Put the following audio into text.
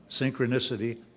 synchronicity